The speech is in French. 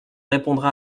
répondra